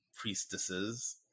priestesses